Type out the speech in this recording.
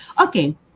Okay